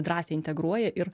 drąsiai integruoja ir